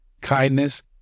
kindness